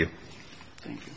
you think